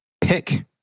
pick